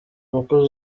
umukozi